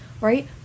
right